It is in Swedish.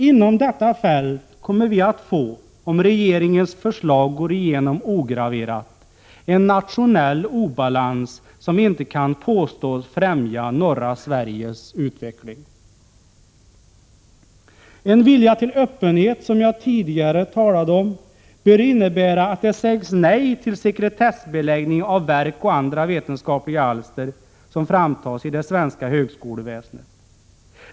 Inom detta fält kommer vi att få, om regeringens förslag går igenom ograverat, en nationell obalans som inte kan påstås främja norra Sveriges utveckling. En vilja till öppenhet, som jag tidigare talade om, bör innebära att det sägs nej till sekretessbeläggning av verk och andra vetenskapliga alster som framtas i det svenska högskoleväsendet.